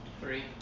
Three